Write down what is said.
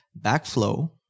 backflow